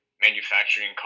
manufacturing